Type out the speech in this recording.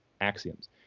axioms